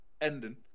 ending